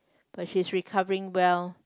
but she's recovering well